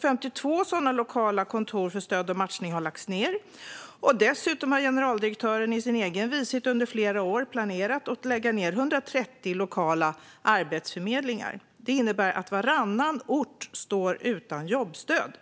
52 sådana lokala kontor som stöder matchning har därför lagts ned. Dessutom har generaldirektören i sin egen vishet under flera år planerat att lägga ned 130 lokala arbetsförmedlingar. Det innebär att varannan ort står utan jobbstöd.